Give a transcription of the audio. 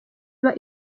iba